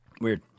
Weird